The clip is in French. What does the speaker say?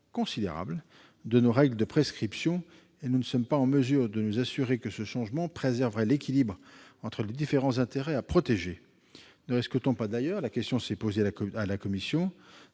considérable de nos règles de prescription. Or nous ne sommes pas en mesure de nous assurer que ce changement préserverait l'équilibre entre les différents intérêts à protéger. Ne risque-t-on pas- la commission s'est d'ailleurs posé la question